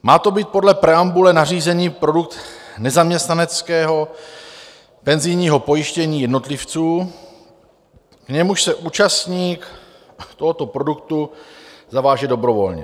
Má to být podle preambule nařízený produkt nezaměstnaneckého penzijního pojištění jednotlivců, k němuž se účastník tohoto produktu zaváže dobrovolně.